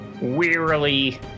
wearily